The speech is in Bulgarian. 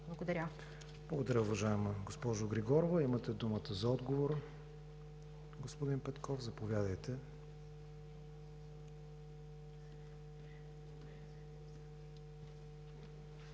ВИГЕНИН: Благодаря, уважаема госпожо Григорова. Имате думата за отговор, господин Петков, заповядайте.